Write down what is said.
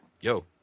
yo